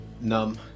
numb